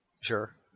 Sure